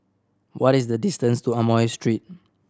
what is the distance to Amoy Street